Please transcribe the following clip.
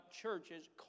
churches